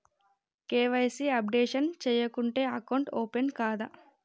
KYC updation చేయకుంటే account open కాదా?